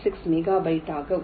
6 megabyte ஆகும்